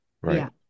Right